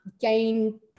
gain